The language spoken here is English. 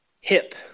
hip